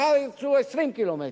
מחר ירצו 20 קילומטרים.